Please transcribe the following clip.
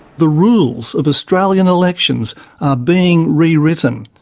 the rules of australian elections are being rewritten.